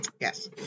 Yes